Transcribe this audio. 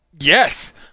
Yes